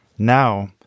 Now